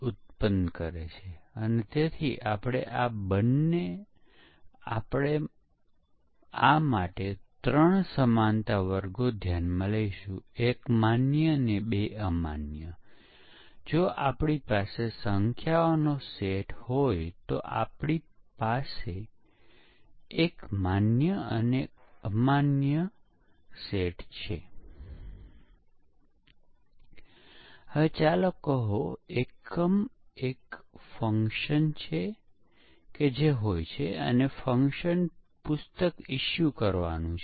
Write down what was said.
હોઈ શકે છે પ્રોગ્રામર i માં j માં લખવા માંગતો હતો પરંતુ તે પછી તેણે ભૂલથી i ને 2 લખ્યું પરંતુ તે પછી કોડમાં જે તે સમયે હંમેશાં i નું મૂલ્ય 2 હોય છે